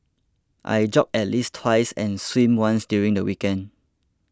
I jog at least twice and swim once during the weekend